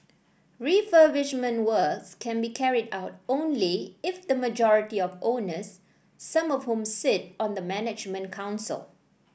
refurbishment works can be carried out only if the majority of owners some of whom sit on the management council